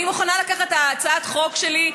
אני מוכנה לקחת את הצעת החוק שלי,